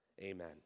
amen